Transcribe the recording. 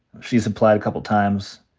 she's applied a couple times.